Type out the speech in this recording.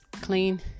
clean